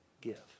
give